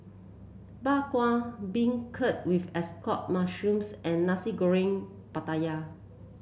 Bak Kwa beancurd with Assorted Mushrooms and Nasi Goreng Pattaya